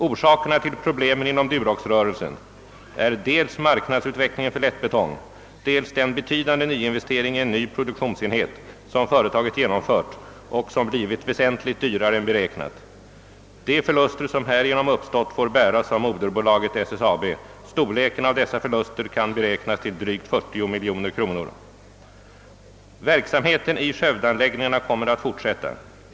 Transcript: Orsakerna till problemen inom Duroxrörelsen är dels marknadsutvecklingen för lättbetong, dels den betydande nyinvestering i en ny produktionsenhet som företaget genomfört och som blivit väsentligt dyrare än beräknat. De förluster som härigenom uppstått får bäras av moderbolaget SSAB. Storleken av dessa förluster kan beräknas till drygt 40 miljoner kronor. Verksamheten i skövdeanläggningarna kommer att fortsätta.